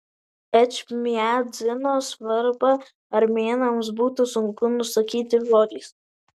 ečmiadzino svarbą armėnams būtų sunku nusakyti žodžiais